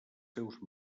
seus